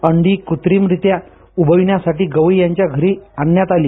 अंडी कृत्रिमरित्या उबविण्यासाठी गवई यांच्या घरी आणण्यात आली